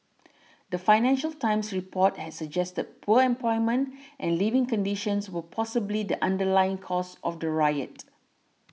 the Financial Times report had suggested poor employment and living conditions were possibly the underlying causes of the riot